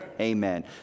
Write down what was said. Amen